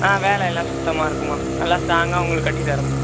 ஆ வேலையெல்லாம் சுத்தமாக இருக்கும்மா நல்லா ஸ்ட்ராங்காக உங்களுக்கு கட்டித்தரம்மா